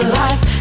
life